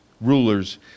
rulers